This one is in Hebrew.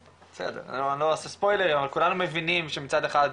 אני לא אעשה ספויילר, אבל כולנו מבינים שמצד אחד,